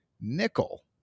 Nickel